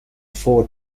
four